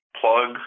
plug